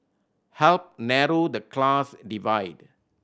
help narrow the class divide